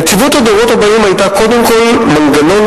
נציבות הדורות הבאים היתה קודם כול מנגנון